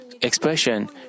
expression